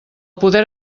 poder